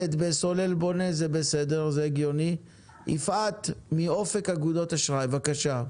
סולל, מאופק אגודת אשראי, בבקשה.